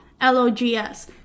l-o-g-s